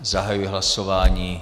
Zahajuji hlasování.